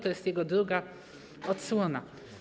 To jest jego druga odsłona.